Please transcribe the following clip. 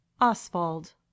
Oswald